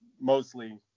mostly